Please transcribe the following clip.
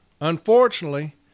unfortunately